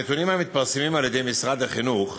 הנתונים המתפרסמים על-ידי משרד החינוך